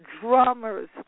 Drummers